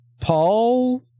Paul